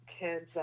kids